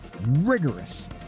rigorous